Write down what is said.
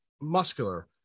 muscular